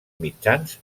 mitjans